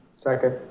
second.